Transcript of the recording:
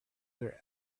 their